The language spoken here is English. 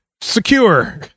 secure